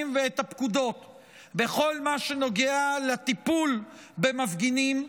ואת הפקודות בכל מה שנוגע לטיפול במפגינים,